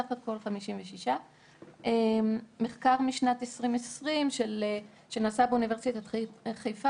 בסך הכל 56. מחקר משנת 2020 שנעשה באוניברסיטת חיפה